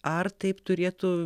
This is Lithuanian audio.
ar taip turėtų